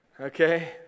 okay